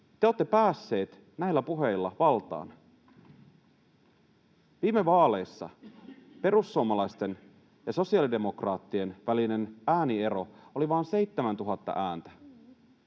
te olette päässeet näillä puheilla valtaan. Viime vaaleissa perussuomalaisten ja sosiaalidemokraattien välinen ääniero oli vain 7 000 ääntä.